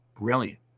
brilliant